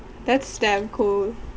that's damn cool